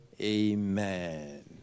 Amen